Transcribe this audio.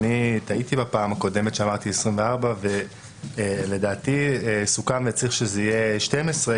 אני טעיתי בפעם הקודמת שאמרתי 24 ולדעתי סוכם וצריך שזה יהיה 12,